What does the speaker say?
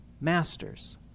masters